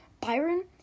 Byron